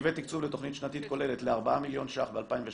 מרכזי תקצוב לתכנית שנתית כוללת לארבעה מיליון ש"ח ב-2016